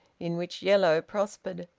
in which yellow prospered.